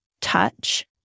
touch